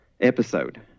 episode